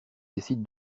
décide